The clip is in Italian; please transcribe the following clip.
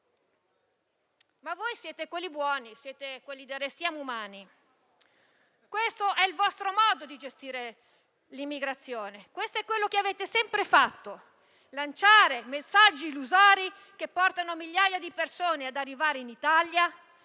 Ma voi siete quelli buoni, quelli del «restiamo umani». Questo è il vostro modo di gestire l'immigrazione. Questo è quello che avete sempre fatto: lanciare messaggi illusori che portano migliaia di persone ad arrivare in Italia